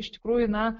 iš tikrųjų na